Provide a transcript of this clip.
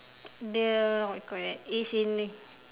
the what you call that it's in